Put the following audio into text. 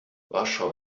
warschau